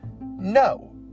no